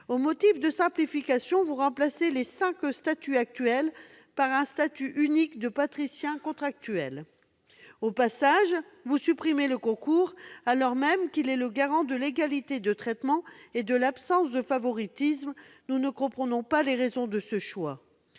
Au motif de simplification, vous remplacez les cinq statuts actuels par un statut unique de praticien contractuel. Au passage, vous supprimez le concours, alors même qu'il est le garant de l'égalité de traitement et de l'absence de favoritisme ; nous ne comprenons pas les raisons de ce choix.